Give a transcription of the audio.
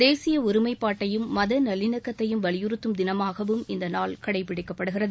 தேசிய ஒருமைப்பாட்டையும் மத நல்லிணக்கத்தையும் வலியுறுத்தும் தினமாகவும் இந்த நாள் கடைபிடிக்கப்படுகிறது